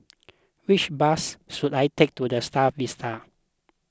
which bus should I take to the Star Vista